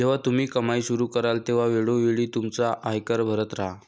जेव्हा तुम्ही कमाई सुरू कराल तेव्हा वेळोवेळी तुमचा आयकर भरत राहा